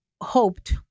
hoped